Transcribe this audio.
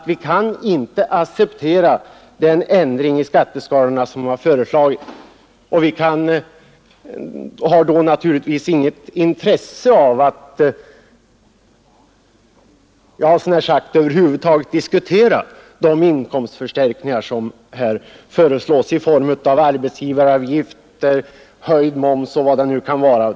Vi kan inte acceptera den ändring i skatteskalorna som har föreslagits, och vi har då naturligtvis inget intresse av, skulle jag vilja säga, att över huvud taget diskutera de inkomstförstärkningar som föreslås i form av arbetsgivaravgift, höjd moms och vad det nu kan vara.